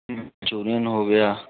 Manchurian हो गया